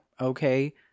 okay